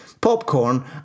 popcorn